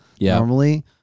Normally